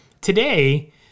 today